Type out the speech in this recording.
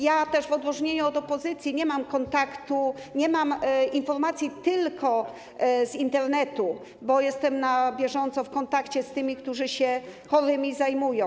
Ja w odróżnieniu od opozycji nie mam kontaktu, nie mam informacji tylko z Internetu, bo jestem na bieżąco w kontakcie z tymi, którzy się chorymi zajmują.